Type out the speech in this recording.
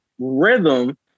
Rhythm